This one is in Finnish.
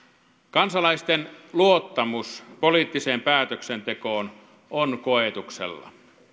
kansalaisten luottamus poliittiseen päätöksentekoon on koetuksella